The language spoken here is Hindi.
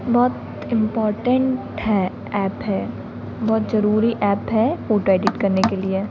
बहुत इंपोर्टेन्ट है ऐप है बहुत ज़रूरी ऐप है फ़ोटो एडिट करने के लिए